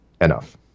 enough